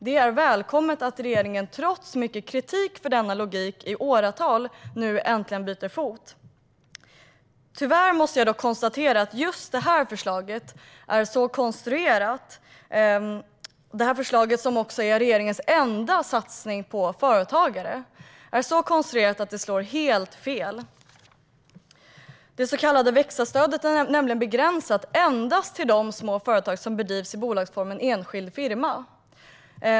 Det är välkommet att regeringen, trots mycket kritik mot denna logik i åratal, nu äntligen byter fot. Tyvärr måste jag dock konstatera att just detta förslag, som är regeringens enda satsning på företagare, är så konstruerat att det slår helt fel. Det så kallade växa-stödet är nämligen begränsat till endast de små företag som bedrivs i bolagsformen enskild firma.